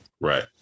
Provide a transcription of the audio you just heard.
Right